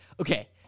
Okay